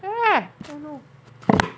ah oh no